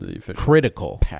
critical